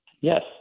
Yes